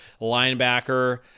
Linebacker